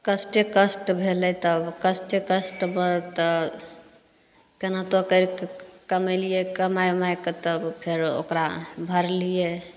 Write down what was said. कष्टे कष्ट भेलय तब कष्टे कष्ट बड़ तऽ केनाहुतो करिकऽ कमैलियै कमाइ उमा कऽ तब फेरो ओकरा भरलियै